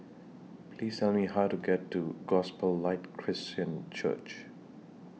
Please Tell Me How to get to Gospel Light Christian Church